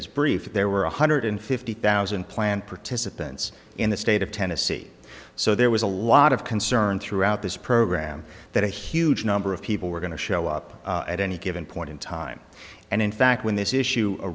his brief that there were one hundred fifty thousand planned participants in the state of tennessee so there was a lot of concern throughout this program that a huge number of people were going to show up at any given point in time and in fact when this issue a